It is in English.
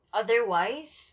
otherwise